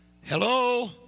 Hello